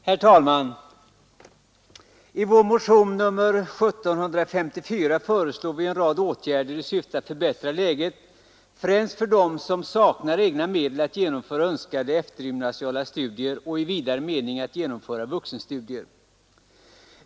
Herr talman! I vår motion 1754 föreslår vi en rad åtgärder i syfte att förbättra läget främst för dem som saknar egna medel för att genomföra önskade eftergymnasiala studier eller i vidare mening önskar genomföra vuxenstudier.